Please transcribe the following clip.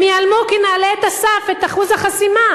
הם ייעלמו כי נעלה את הסף, את אחוז החסימה,